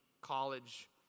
college